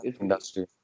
industry